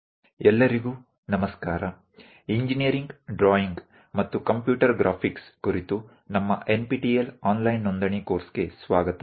ಉಪನ್ಯಾಸ 01 ಇಂಜಿನೀರಿಂಗ್ ರೇಖಾಚಿತ್ರದ ಪರಿಚಯ ಎಲ್ಲರಿಗೂ ನಮಸ್ಕಾರ ಇಂಜಿನೀರಿಂಗ್ ಡ್ರಾಯಿಂಗ್ ಮತ್ತು ಕಂಪ್ಯೂಟರ್ ಗ್ರಾಫಿಕ್ಸ್ ಕುರಿತು ನಮ್ಮ NPTEL ಆನ್ಲೈನ್ ನೋಂದಣಿ ಕೋರ್ಸ್ಗೆ ಸ್ವಾಗತ